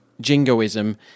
jingoism